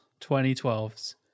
2012's